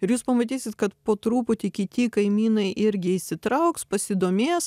ir jūs pamatysit kad po truputį kiti kaimynai irgi įsitrauks pasidomės